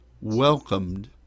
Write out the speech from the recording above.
welcomed